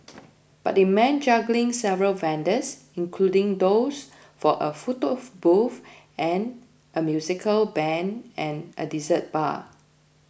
but it meant juggling several vendors including those for a photo booth a musical band and a dessert bar